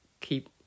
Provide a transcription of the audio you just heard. keep